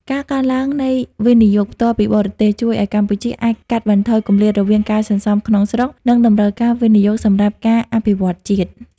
ការកើនឡើងនៃ វិនិយោគផ្ទាល់ពីបរទេស ជួយឱ្យកម្ពុជាអាចកាត់បន្ថយគម្លាតរវាងការសន្សំក្នុងស្រុក និងតម្រូវការវិនិយោគសម្រាប់ការអភិវឌ្ឍជាតិ។